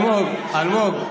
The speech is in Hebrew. אלמוג,